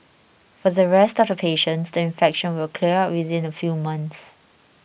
for the rest of the patients the infection will clear up within a few months